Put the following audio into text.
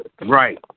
Right